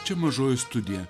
čia mažoji studija